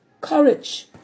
courage